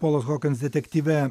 polos hokins detektyve